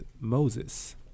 Moses